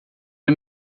och